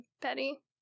Betty